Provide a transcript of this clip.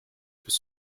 bis